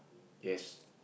yes